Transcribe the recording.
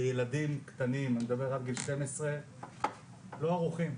לילדים קטנים, אני מדבר עד גיל 12, לא ערוכים.